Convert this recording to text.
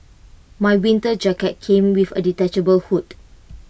my winter jacket came with A detachable hood